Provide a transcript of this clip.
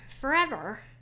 forever